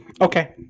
okay